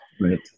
right